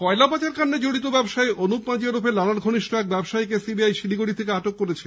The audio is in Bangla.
কয়লা পাচারকান্ডে জড়িত ব্যবসায়ী অনুপ মাঝি ওরফে লালার ঘনিষ্ঠ এক ব্যবসায়ীকে সিবিআই শিলিগুড়ি থেকে আটক করেছে